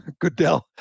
Goodell